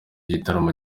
gitaramo